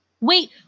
Wait